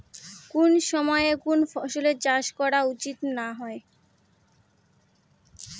কুন সময়ে কুন ফসলের চাষ করা উচিৎ না হয়?